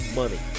money